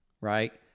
right